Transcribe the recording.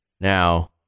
Now